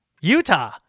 Utah